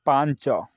ପାଞ୍ଚ